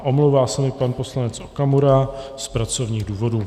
Omlouvá se pan poslanec Okamura z pracovních důvodů.